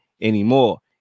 anymore